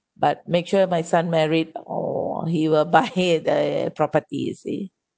but make sure my son married or he will buy it the property you see